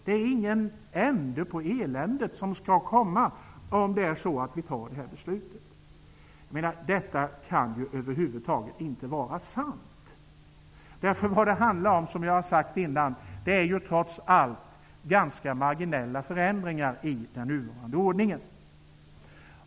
Det är ingen ände på det elände som skall komma om vi fattar detta beslut. Detta kan över huvud taget inte vara sant. Vad det handlar om är trots allt ganska marginella förändringar i den nuvarande ordningen.